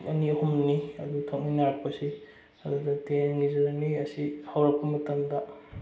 ꯑꯅꯤ ꯑꯍꯨꯝꯅꯤ ꯑꯗꯨ ꯊꯣꯛꯃꯤꯟꯅꯔꯛꯄꯁꯤ ꯑꯗꯨꯗ ꯇ꯭ꯔꯦꯟꯒꯤ ꯖꯔꯅꯤ ꯑꯁꯤ ꯍꯧꯔꯛꯄ ꯃꯇꯝꯗ